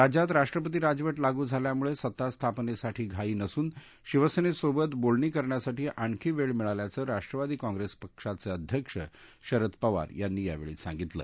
राज्यात राष्ट्रपती राजवट लागू झाल्यामुळे सत्ता स्थापनेसाठी घाई नसून शिवसेनेसोबत बोलणी करण्यासठी आणखी वेळ मिळाल्याचं राष्ट्रवादी काँग्रेस पक्षाचे अध्यक्ष शरद पवार यांनी यावेळी सागितलं